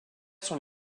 sont